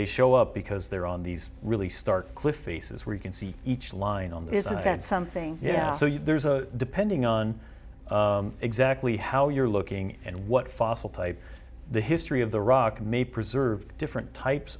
they show up because they're on these really stark cliff faces where you can see each line on the isn't that something yeah so yeah there's a depending on exactly how you're looking and what fossil type the history of the rock may preserve different types